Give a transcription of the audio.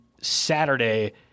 Saturday